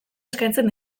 eskaintzen